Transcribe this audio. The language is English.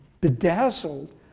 bedazzled